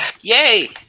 Yay